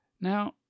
Now